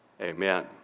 Amen